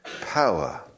power